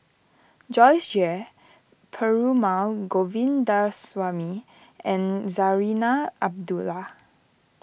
Joyce Jue Perumal Govindaswamy and Zarinah Abdullah